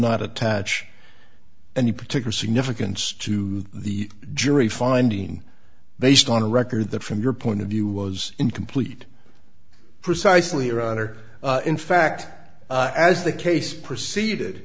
not attach any particular significance to the jury finding based on a record that from your point of view was incomplete precisely your honor in fact as the case proceeded